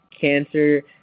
cancer